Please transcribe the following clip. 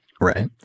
Right